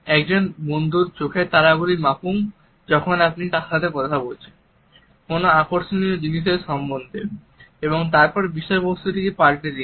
একজন বন্ধুর চোখের তারাগুলি মাপুন যখন আপনি তার সাথে কথা বলছেন কোন আকর্ষণীয় জিনিসের সম্বন্ধে এবং তারপর বিষয়বস্তুটি পাল্টে দিন